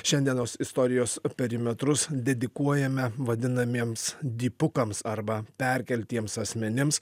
šiandienos istorijos perimetrus dedikuojame vadinamiems dipukams arba perkeltiems asmenims